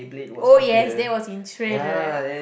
oh yes that was in trend right